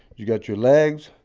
you got your legs.